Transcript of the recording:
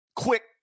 quick